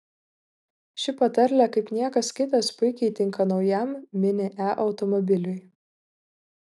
ši patarlė kaip niekas kitas puikiai tinka naujam mini e automobiliui